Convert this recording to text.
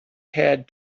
had